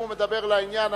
אם הוא מדבר לעניין,